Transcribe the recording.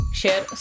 share